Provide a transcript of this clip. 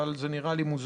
אבל זה נראה לי מוזר.